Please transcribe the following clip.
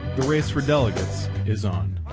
the race for delegates is on.